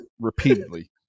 repeatedly